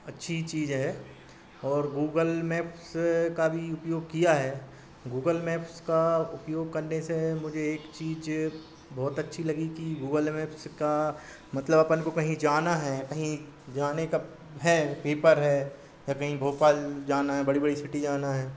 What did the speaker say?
अच्छी चीज़ है और गूगल मैप्स का भी उपयोग किया है गूगल मैप्स का उपयोग करने से मुझे एक चीज़ बहुत अच्छी लगी कि गूगल मैप्स का मतलब अपन को कहीं जाना है कहीं जने का है पेपर है या कहीं भोपाल जाना है बड़ी बड़ी सिटी जाना है